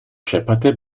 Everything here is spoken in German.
schepperte